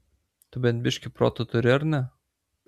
tu bent biškį proto turi ar ne